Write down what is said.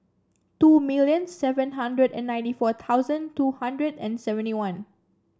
two million seven hundred and ninety four thousand two hundred and seventy one